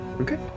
Okay